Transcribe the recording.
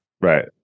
Right